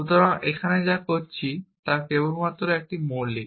সুতরাং আমরা এখানে যা করছি তা কেবলমাত্র একটি মৌলিক